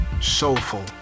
soulful